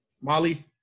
Molly